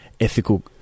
ethical